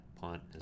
punt